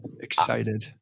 excited